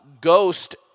ghost-